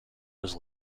was